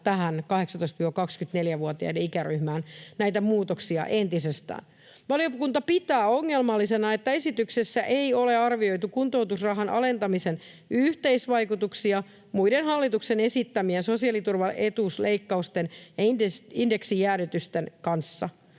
tähän 18—24-vuotiaiden ikäryhmään näitä muutoksia entisestään. Valiokunta pitää ongelmallisena, että esityksessä ei ole arvioitu kuntoutusrahan alentamisen yhteisvaikutuksia muiden hallituksen esittämien sosiaaliturvan etuusleikkausten ja indeksijäädytysten kanssa.